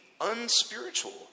unspiritual